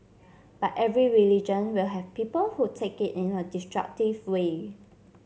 but every religion will have people who take in a destructive way